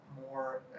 more